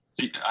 See